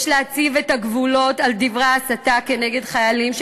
יש להציב את הגבולות לדברי ההסתה נגד חיילים,